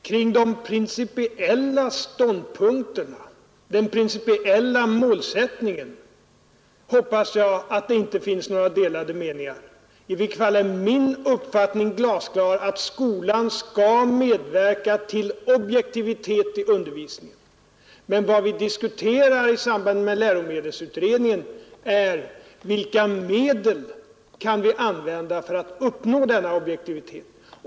Herr talman! Kring de principiella ståndpunkterna och den principiella målsättningen hoppas jag att det inte finns några delade meningar. I varje fall är min uppfattning glasklar, att skolan skall medverka till objektivitet i undervisningen. Men vad vi diskuterar i samband med läromedelsutredningen är: Vilka medel kan vi använda för att uppnå denna objektivitet?